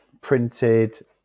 printed